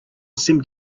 seemed